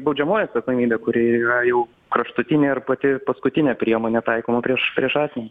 baudžiamoji atsakomybė kuri yra jau kraštutinė ir pati paskutinė priemonė taikoma prieš prieš asmenį